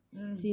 mm